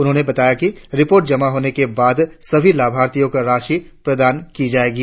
उन्होंने बताया कि रिपोर्ट जमा होने के बाद सभी लाभार्थियों को राशि प्रदान की जाएगी